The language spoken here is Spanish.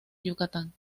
yucatán